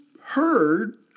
heard